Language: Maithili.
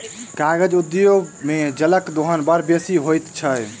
कागज उद्योग मे जलक दोहन बड़ बेसी होइत छै